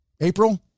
April